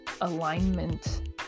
alignment